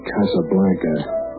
Casablanca